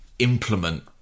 Implement